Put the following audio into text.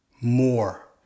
more